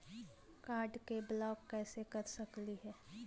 Card के block कैसे कर सकली हे?